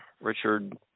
Richard